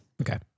Okay